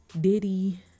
Diddy